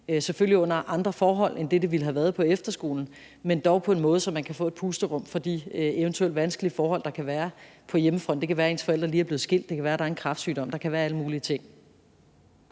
selvfølgelig under andre forhold, end der ville have været på efterskolen, men dog på en måde, så man kan få et pusterum fra de eventuelt vanskelige forhold, der kan være på hjemmefronten – det kan være, ens forældre lige er blevet skilt, det kan være, at der er kræftsygdom i familien, det kan være alle mulige ting.